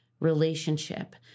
relationship